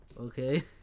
Okay